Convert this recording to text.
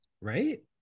Right